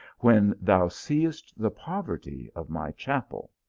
when thou seest the poverty of my chapel?